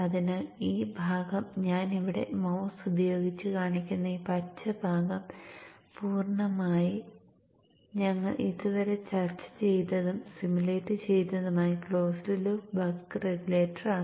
അതിനാൽ ഈ ഭാഗം ഞാൻ ഇവിടെ മൌസ് ഉപയോഗിച്ച് കാണിക്കുന്ന ഈ പച്ച ഭാഗം പൂർണ്ണമായ ഞങ്ങൾ ഇതുവരെ ചർച്ച ചെയ്തതും സിമുലേറ്റ് ചെയ്തതുമായ ക്ലോസ്ഡ് ലൂപ്പ് ബക്ക് റെഗുലേറ്ററാണ്